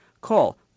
Call